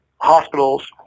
hospitals